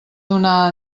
donar